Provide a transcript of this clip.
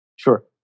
Sure